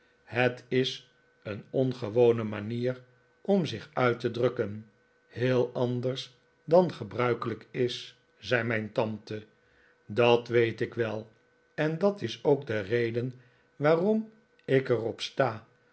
het is een ongewone manier om zich uit te drukken heel anders dan gebruikelijk is zei mijn tante dat weet ik wel en dat is ook de reden waarom ik er op sta